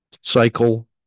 cycle